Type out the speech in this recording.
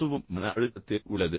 பசுவும் மன அழுத்தத்தில் உள்ளது